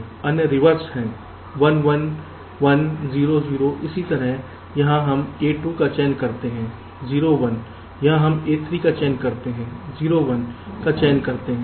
1 अन्य रिवर्स हैं 1 1 1 0 0 इसी तरह यहां हम A2 का चयन करते हैं 0 1 यहां हम A3 का चयन करते हैं 0 1 का चयन करते हैं